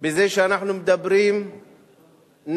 בזה שאנחנו מדברים נגד